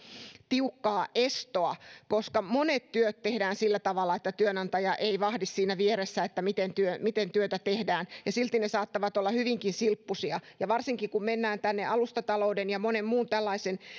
tiukasta estosta tai ainakin höllennettäisiin sitä koska monet työt tehdään sillä tavalla että työnantaja ei vahdi siinä vieressä miten työtä tehdään ja silti ne saattavat olla hyvinkin silppuisia varsinkin kun mennään alustatalouden ja monen muun